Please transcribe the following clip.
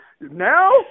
Now